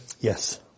Yes